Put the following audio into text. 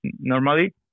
normally